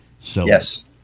Yes